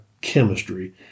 chemistry